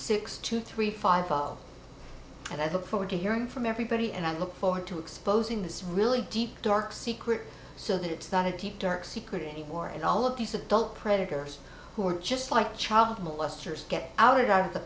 six two three five and i look forward to hearing from everybody and i look forward to exposing this really deep dark secret so that it's not a deep dark secret anymore and all of these adult predators who are just like child molesters get ou